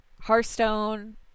Hearthstone